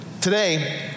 Today